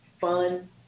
fun